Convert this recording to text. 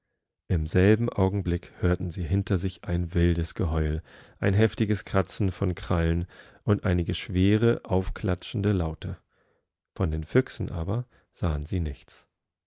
im selben augenblick hörten sie hinter sich ein wildes geheul ein heftiges kratzen von krallen und einige schwere aufklatschende laute von den füchsenabersahensienichts amnächstenmorgenfandderleuchtturmwärteraufdergroßenkarlsinselein stück